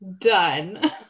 Done